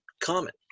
common